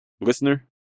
listener